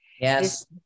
Yes